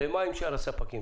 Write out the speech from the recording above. מה עם שאר הספקים?